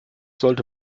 sollte